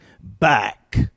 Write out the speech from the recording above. back